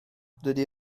dydy